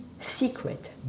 secret